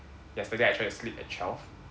yesterday I try to sleep at twelve